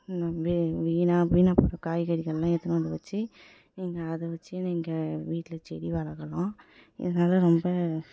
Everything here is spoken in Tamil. வே வீணா வீணா போகிற காய்கறிகள்லாம் எடுத்துட்டு வந்து வச்சு நீங்கள் அதை வச்சே நீங்கள் வீட்டில் செடி வளர்க்கலாம் இதுனால ரொம்ப